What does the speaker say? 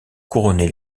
couronner